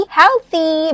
healthy